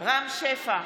רם שפע,